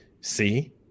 see